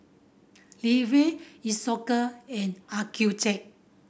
Isocal and Accucheck